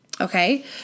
Okay